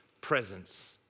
presence